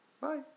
bye